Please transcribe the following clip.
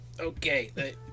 okay